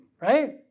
right